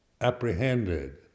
apprehended